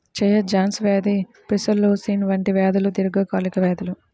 క్షయ, జాన్స్ వ్యాధి బ్రూసెల్లోసిస్ వంటి వ్యాధులు దీర్ఘకాలిక వ్యాధులు